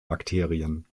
bakterien